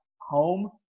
home